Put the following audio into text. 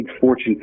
Fortune